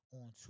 on